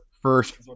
First